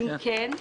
אם כן,